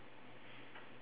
oh gosh